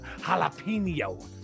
Jalapeno